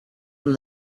from